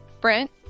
Brent